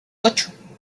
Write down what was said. ocho